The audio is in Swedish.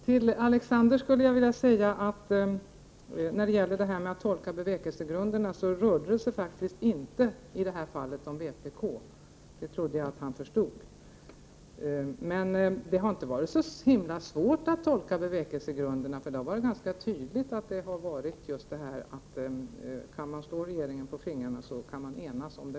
Till Alexander Chrisopoulos vill jag säga att det inte rörde sig om vpk när det gällde att tolka bevekelsegrunderna — det trodde jag att han förstod. Det har inte varit så svårt att tolka bevekelsegrunderna, därför att det har varit ganska tydligt att det har gällt att enas om det mesta för att slå regeringen på fingrarna.